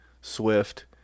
Swift